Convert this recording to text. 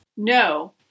No